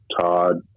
Todd